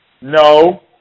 No